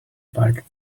parked